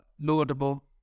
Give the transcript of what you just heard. laudable